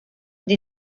the